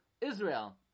Israel